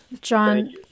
John